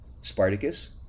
Spartacus